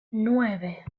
nueve